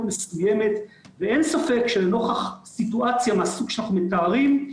מסוימת ואין ספק שלנוכח סיטואציה מהסוג שאנחנו מתארים,